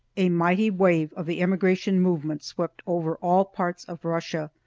a mighty wave of the emigration movement swept over all parts of russia,